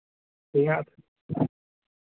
यहीं आप